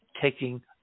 taking